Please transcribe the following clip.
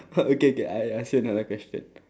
uh okay K I ask you another question